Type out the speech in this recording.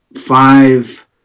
five